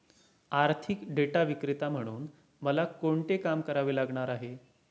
आर्थिक डेटा विक्रेता म्हणून मला कोणते काम करावे लागणार आहे?